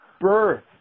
birth